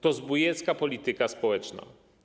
To zbójecka polityka społeczna.